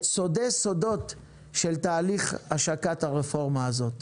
סודי-סודות תהליך השקת הרפורמה הזאת.